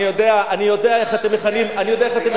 אני יודע איך אתם מכנים אותנו,